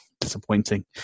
disappointing